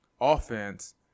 offense